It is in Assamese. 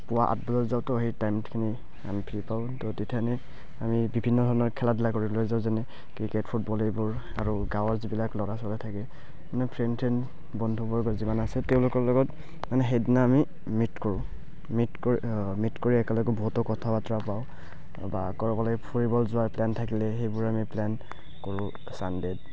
পুৱা আঠ বজাত যাওঁতে সেই টাইমখিনি আমি ফ্ৰী পাওঁ তো তেতিয়া এনে আমি বিভিন্ন ধৰণৰ খেলা ধূলা কৰি লৈ যাওঁ যেনে ক্ৰিকেট ফুটবল এইবোৰ আৰু গাঁৱৰ যিবিলাক ল'ৰা ছোৱালী থাকে মানে ফ্ৰেণ্ড চ্ৰেণ্ড বন্ধুবৰ্গ যিমান আছে তেওঁলোকৰ লগত মানে সেইদিনা আমি মিট কৰোঁ মিট ক মিট কৰি একেলগে বহুতো কথা বাতৰা পাওঁ বা একলগে ফুৰিবলৈ যোৱা প্লেন থাকিলে সেইবোৰ আমি প্লেন কৰোঁ ছানডে'ত